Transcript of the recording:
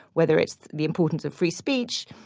whether it's the importance of free speech,